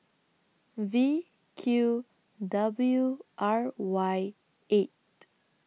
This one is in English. V Q W R Y eight